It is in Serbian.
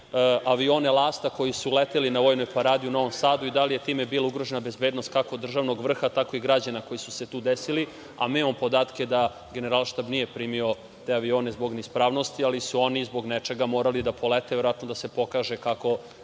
avione „Lasta“ koji su leteli na Vojnoj paradi u Novom Sadu i da li je time bilo ugrožena bezbednost, kako državnog vrha, tako i građana koji su se tu desili? Mi imamo podatke da Generalštab nije primio te avione zbog ne ispravnosti, ali su oni zbog nečega morali da polete, verovatno da se pokaže kako